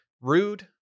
rude